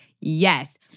yes